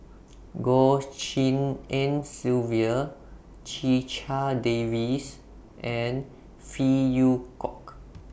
Goh Tshin En Sylvia Checha Davies and Phey Yew Kok